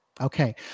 Okay